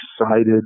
excited